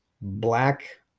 black